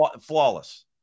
Flawless